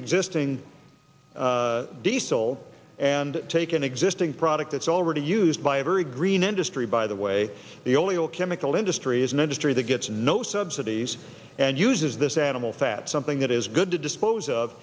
existing diesel and take an existing product that's already used by every green industry by the way the only all chemical industry is an industry that gets no subsidies and uses this animal fat something that is good to dispose of